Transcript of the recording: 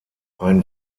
ein